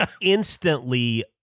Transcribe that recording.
instantly